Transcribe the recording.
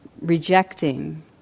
rejecting